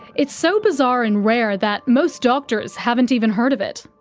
it so bizarre and rare, that most doctors haven't even heard of it.